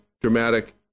dramatic